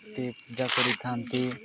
ସେ ପୂଜା କରିଥାନ୍ତି